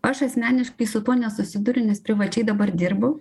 aš asmeniškai su tuo nesusiduriu nes privačiai dabar dirbu